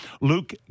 Luke